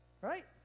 Right